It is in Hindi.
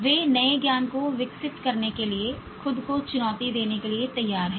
वे नए ज्ञान को विकसित करने के लिए खुद को चुनौती देने के लिए तैयार हैं